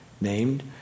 named